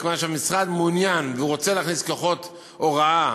מכיוון שהמשרד מעוניין והוא רוצה להכניס כוחות הוראה